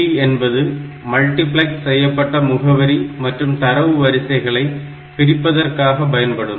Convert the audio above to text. ALE என்பது multiplex செய்யப்பட்ட முகவரி மற்றும் தரவு வரிசைகளை பிரிப்பதற்காக பயன்படும்